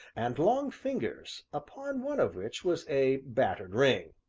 and long fingers, upon one of which was a battered ring.